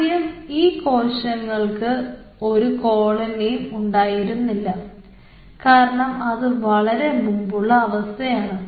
ആദ്യം ഈ കോശങ്ങൾക്ക് ഒരു കോളനിയും ഉണ്ടായിരുന്നില്ല കാരണം അത് വളരെ മുമ്പുള്ള അവസ്ഥയാണ്